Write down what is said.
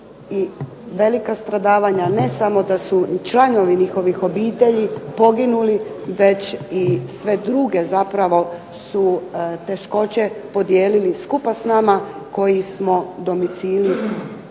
velika stradavanja, ne samo da su članovi njihovih obitelji poginuli, već i sve druge zapravo su teškoće podijelili skupa s nama koji smo domicili